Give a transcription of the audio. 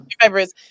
favorites